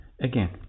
Again